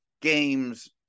games